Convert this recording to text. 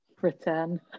Return